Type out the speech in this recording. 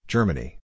Germany